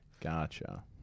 Gotcha